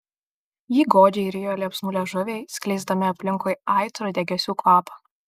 jį godžiai rijo liepsnų liežuviai skleisdami aplinkui aitrų degėsių kvapą